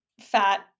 fat